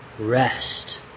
rest